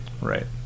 right